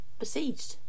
besieged